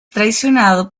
traicionado